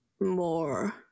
more